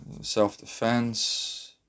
Self-defense